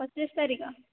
ପଚିଶ ତାରିଖ